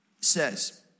says